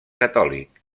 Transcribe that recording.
catòlic